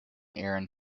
aaron